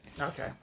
Okay